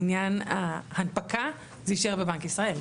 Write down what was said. לעניין ההנפקה זה יישאר בבנק ישראל,